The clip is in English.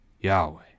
Yahweh